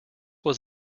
was